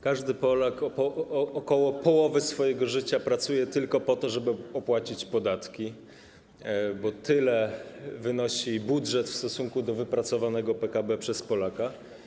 Każdy Polak przez ok. połowę swojego życia pracuje tylko po to, żeby opłacić podatki, bo tyle wynosi budżet w stosunku do wypracowanego PKB przez Polaka.